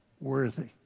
worthy